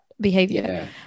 Behavior